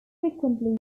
frequently